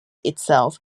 itself